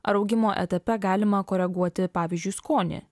ar augimo etape galima koreguoti pavyzdžiui skonį